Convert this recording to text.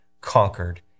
conquered